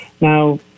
Now